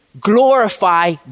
glorify